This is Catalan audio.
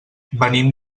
venim